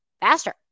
faster